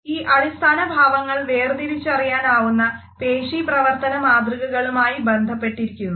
ഈ അടിസ്ഥാന ഭാവങ്ങൾ വേർതിരിച്ചറിയാനാവുന്ന പേശീപ്രവർത്തന മാതൃകകളുമായി ബന്ധപ്പെട്ടിരിക്കുന്നു